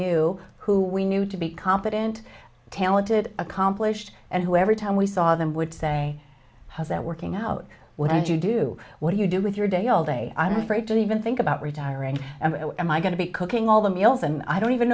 knew who we knew to be competent talented accomplished and who every time we saw them would say how's that working out would you do what do you do with your day all day i'm afraid to even think about retiring am i going to be cooking all the meals and i don't even